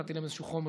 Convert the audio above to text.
נתתי להם איזשהו חומר